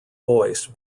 voiced